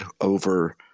over